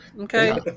okay